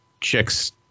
chick's